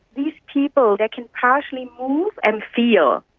these people, they can partially and feel,